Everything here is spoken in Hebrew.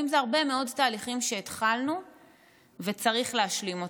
ואם זה הרבה מאוד תהליכים שהתחלנו וצריך להשלים.